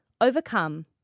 overcome